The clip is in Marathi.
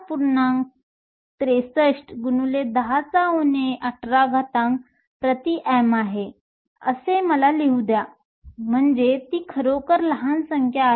63 x 10 18 m 3 आहे असे मला लिहू द्या म्हणजे ती खरोखर लहान संख्या आहे